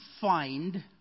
find